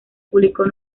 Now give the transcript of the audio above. publicó